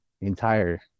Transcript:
entire